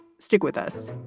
stick with us